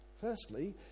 Firstly